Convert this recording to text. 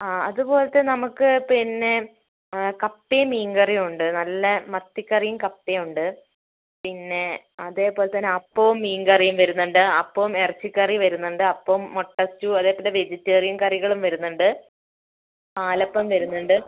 ആ അതുപോലത്തെ നമുക്ക് പിന്നെ കപ്പയും മീൻകറീം ഉണ്ട് നല്ല മത്തിക്കറീം കപ്പയും ഉണ്ട് പിന്നെ അതുപോലെത്തന്നെ അപ്പോം മീൻകറീം വരുന്നുണ്ട് അപ്പോം ഇറച്ചിക്കറീം വരുന്നുണ്ട് അപ്പോം മൊട്ടസ്റ്റൂ അതുപോലെ വെജിറ്റേറിയൻ കറികളും വരുന്നുണ്ട് പാലപ്പം വരുന്നുണ്ട്